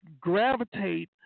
gravitate